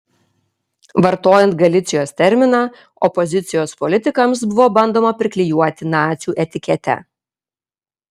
vartojant galicijos terminą opozicijos politikams buvo bandoma priklijuoti nacių etiketę